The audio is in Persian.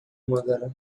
مادره